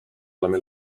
oleme